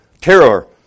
terror